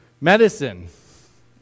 medicine